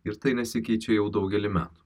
ir tai nesikeičia jau daugelį metų